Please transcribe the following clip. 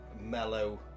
mellow